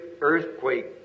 earthquake